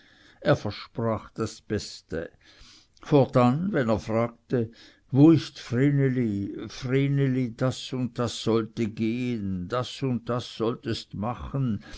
er versprach das beste fortan wenn er fragte wo ist vreneli vreneli das und das sollte gehen das und das solltest machen